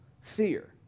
fear